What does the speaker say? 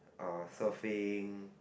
uh surfing